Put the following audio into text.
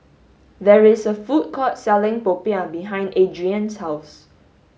there is a food court selling popiah behind Adrienne's house